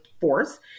force